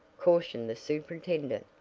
cautioned the superintendent.